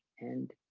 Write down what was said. and